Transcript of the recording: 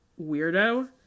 weirdo